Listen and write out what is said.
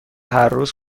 هرروز